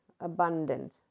abundant